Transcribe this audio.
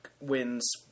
wins